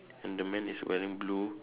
and the man is wearing blue